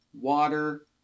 water